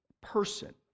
person